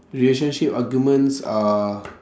relationship arguments are